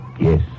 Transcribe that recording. Yes